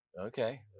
Okay